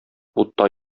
утта